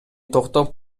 токтоп